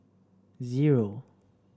zero